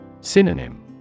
Synonym